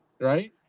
Right